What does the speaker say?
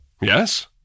Yes